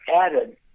added